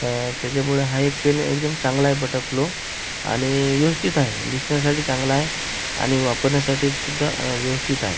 त्याच्यामुळे हा एक पेन एकदम चांगला आहे बटरफ्लो आणि व्यवस्थित आहे दिसण्यासाठी चांगला आहे आणि वापरण्यासाठी सुद्धा व्यवस्थित आहे